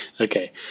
Okay